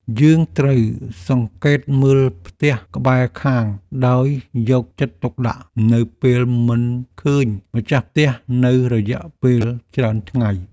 យើងត្រូវសង្កេតមើលផ្ទះក្បែរខាងដោយយកចិត្តទុកដាក់នៅពេលមិនឃើញម្ចាស់ផ្ទះនៅរយៈពេលច្រើនថ្ងៃ។